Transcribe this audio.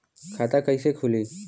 खाता कइसे खुली?